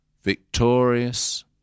victorious